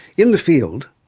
in the field,